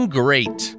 great